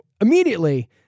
immediately